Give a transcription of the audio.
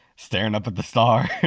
staring up at the stars?